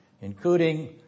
including